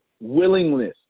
Willingness